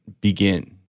begin